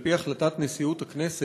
על פי החלטת נשיאות הכנסת,